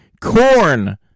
Corn